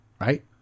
right